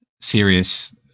serious